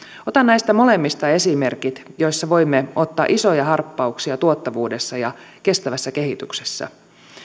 otan näistä molemmista esimerkit joissa voimme ottaa isoja harppauksia tuottavuudessa ja kestävässä kehityksessä